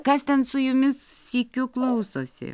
kas ten su jumis sykiu klausosi